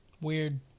Weird